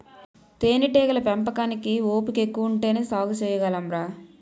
తేనేటీగల పెంపకానికి ఓపికెక్కువ ఉంటేనే సాగు సెయ్యగలంరా